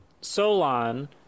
Solon